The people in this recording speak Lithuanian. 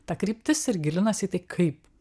ta kryptis ir gilinasi į tai kaip